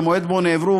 למועד שבו נעברו,